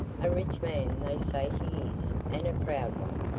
a rich man they say he is and a proud one.